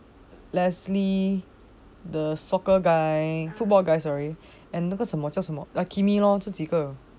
lesley the soccer guy football guy sorry and 那个什么叫什么 kimmy lor 这几个